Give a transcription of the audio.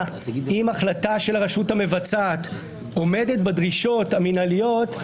אם החלטה של הרשות המבצעת עומדת בדרישות המנהליות,